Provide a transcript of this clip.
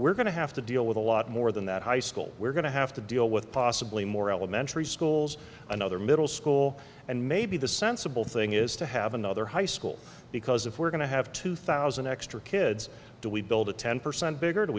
we're going to have to deal with a lot more than that high school we're going to have to deal with possibly more elementary schools another middle school and maybe the sensible thing is to have another high school because if we're going to have two thousand extra kids do we build a ten percent bigger